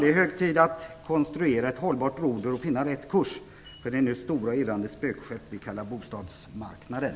Det är hög tid att konstruera ett hållbart roder och finna rätt kurs för det stora irrande spökskepp vi kallar bostadsmarknaden.